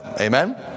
Amen